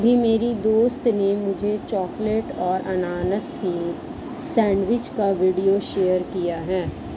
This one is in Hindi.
अभी मेरी दोस्त ने मुझे चॉकलेट और अनानास की सेंडविच का वीडियो शेयर किया है